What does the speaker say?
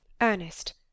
Ernest